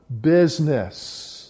business